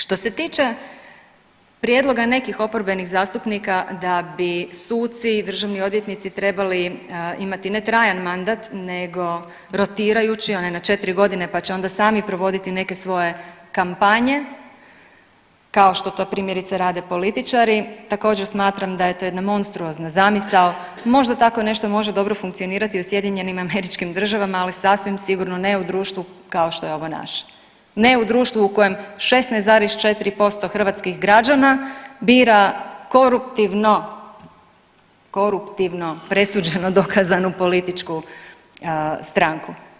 Što se tiče prijedloga nekih oporbenih zastupnika da bi suci i državni odvjetnici trebali imati ne trajan mandat nego rotirajući onaj na 4.g. pa će onda sami provoditi neke svoje kampanje kao što to primjerice rade političari također smatram da je to jedna monstruozna zamisao, možda tako nešto može dobro funkcionirati u SAD-u, ali sasvim sigurno ne u društvu kao što je ovo naše, ne u društvu u kojem 16,4% hrvatskih građana bira koruptivno, koruptivno presuđeno dokazanu političku stranku.